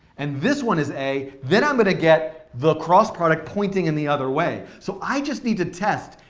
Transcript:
and this one is a, then i'm going to get the cross product pointing in the other way. so i just need to test,